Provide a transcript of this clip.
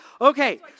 Okay